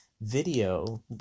video